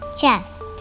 chest